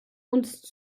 uns